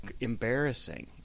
embarrassing